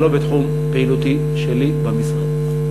זה לא בתחום פעילותי שלי במשרד.